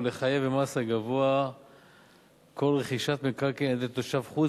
לחייב במס הגבוה כל רכישת מקרקעין לתושב חוץ,